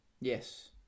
Yes